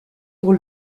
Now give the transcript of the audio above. pour